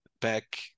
back